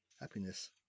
Happiness